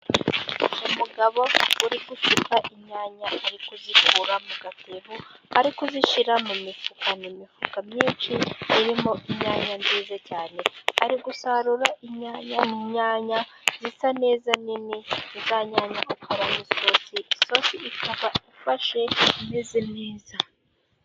Umugabo uri gusuka inyanya, ari kuzikura mu gatebo ari kuzishyira mu mifuka. Ni imifuka myinshi irimo inyanya nziza cyane. Ari gusarura inyanya, inyanya zisa neza nini. Ni za nyanya ukoramo isosi, isosi ikaba ifashe imeze neza.